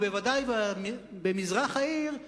וודאי במזרח העיר,